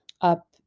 up